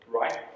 Right